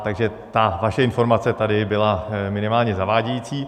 Takže ta vaše informace tady byla minimálně zavádějící.